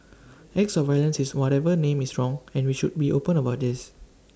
acts of violence is whatever name is wrong and we should be open about this